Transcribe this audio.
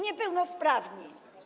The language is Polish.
Niepełnosprawni.